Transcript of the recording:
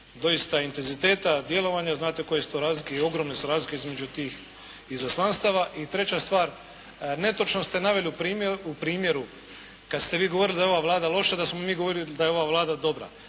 doista intenziteta i djelovanja znate koje su to razlike i ogromne su razlike između tih izaslanstava. I treća stvar, netočno ste naveli u primjeru kad ste vi govorili da je ova Vlada loša da smo mi govorili da je ova Vlada dobra.